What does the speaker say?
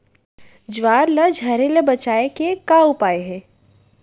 ज्वार ला झरे ले बचाए के का उपाय हे?